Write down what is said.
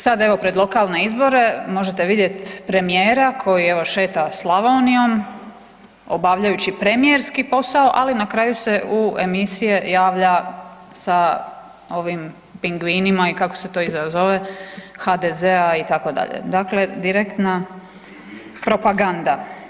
Sad evo pred lokalne izbore možete vidjet premijera koji evo šeta Slavonijom obavljajući premijerski posao, ali na kraju se u emisije javlja sa ovim pingvinima i kako se to iza zove HDZ-a itd., dakle direktna propaganda.